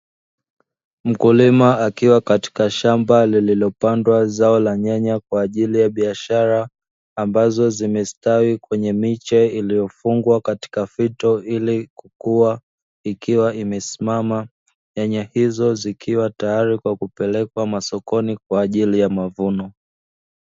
Mkulima akiwa katika shamba lililopandwa zao la nyanya kwa ajili ya biashara, ambazo zimestawi kwenye miche iliyofungwa katika fito ili kukua, ikiwa imesimama. Nyanya hizo zikiwa tayari kwa kupelekwa sokoni kwa ajili ya mavuno.